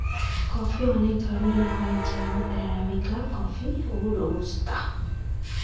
coffee অনেক ধরনের হয় যেমন আরাবিকা কফি, রোবুস্তা